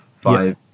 five